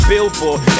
Billboard